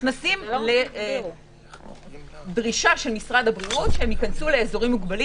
נכנסים לדרישה של משרד הבריאות שייכנסו לאזורים מוגבלים